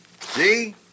See